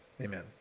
Amen